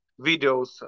videos